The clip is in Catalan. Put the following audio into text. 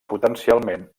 potencialment